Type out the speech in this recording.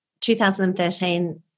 2013